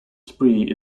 spree